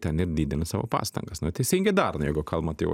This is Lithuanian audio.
ten ir didina savo pastangas na teisingai daro na jeigu kalbant jau